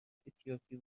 اتیوپی